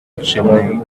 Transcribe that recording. chimney